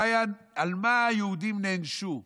על מה היהודים נענשו אז?